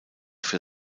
für